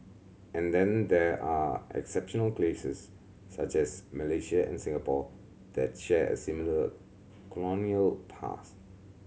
and then there are exceptional cases such as Malaysia and Singapore that share a similar colonial past